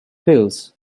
pills